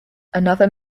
another